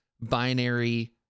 binary